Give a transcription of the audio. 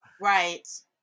right